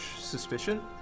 suspicion